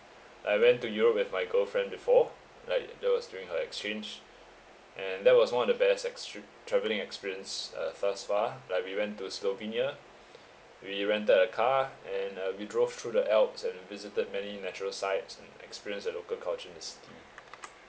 I went to europe with my girlfriend before like that was during her exchange and that was one of the best extre~ travelling experience uh thus far like we went to slovenia we rented a car and uh we drove through the alps and visited many natural sites and experience the local culture necessity